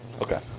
Okay